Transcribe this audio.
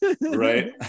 right